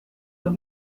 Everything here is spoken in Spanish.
los